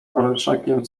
orszakiem